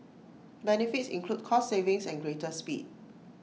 benefits include cost savings and greater speed